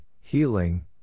Healing